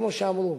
כמו שאמרו.